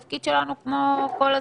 התפקיד שלנו הוא להפעיל את הלחץ.